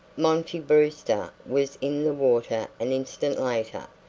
monty brewster was in the water an instant later,